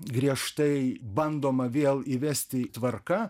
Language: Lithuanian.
griežtai bandoma vėl įvesti tvarka